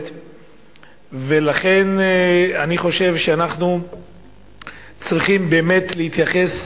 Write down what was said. ולכן אני חושב שאנחנו צריכים באמת להתייחס,